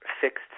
fixed